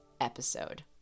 episode